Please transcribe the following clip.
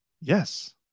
Yes